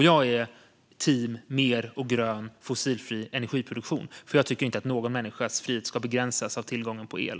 Jag tillhör det teamet, för jag tycker inte att någon människas frihet ska begränsas av tillgången på el.